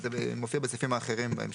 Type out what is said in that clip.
זה מופיע בסעיפים אחרים בהמשך.